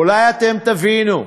אולי אתם תבינו,